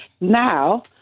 Now